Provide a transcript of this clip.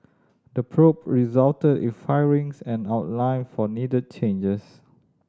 the probe resulted in firings and outline for needed changes